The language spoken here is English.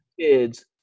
kids